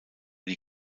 die